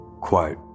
Quote